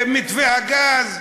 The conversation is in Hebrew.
מתווה הגז,